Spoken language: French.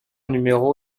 numéro